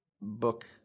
book